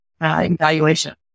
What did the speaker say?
evaluation